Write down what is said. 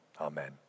Amen